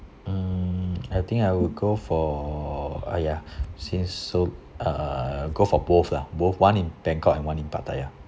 mm I think I would go for !aiya! since so uh go for both lah both one in bangkok and one in pattaya